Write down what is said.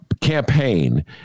campaign